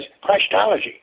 Christology